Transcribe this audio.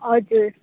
हजुर